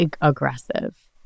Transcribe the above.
aggressive